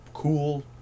Cool